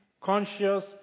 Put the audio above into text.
conscious